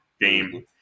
game